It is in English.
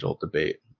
debate